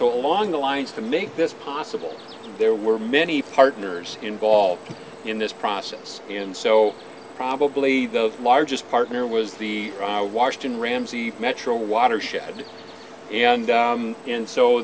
so along the lines to make this possible there were many partners involved in this process and so probably the largest partner was the washington ramsey metro watershed and and so